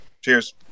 Cheers